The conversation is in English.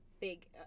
big